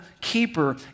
keeper